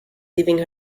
leaving